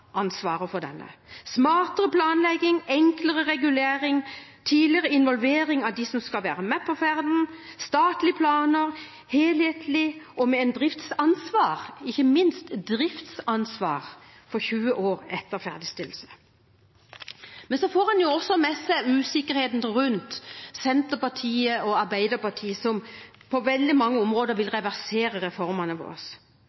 ansvaret for den. Smartere planlegging, enklere regulering, tidligere involvering av dem som skal være med på ferden, statlige planer – helhetlige og ikke minst med et driftsansvar i 20 år etter ferdigstillelse. Men en får også med seg usikkerheten rundt Senterpartiet og Arbeiderpartiet, som på veldig mange områder vil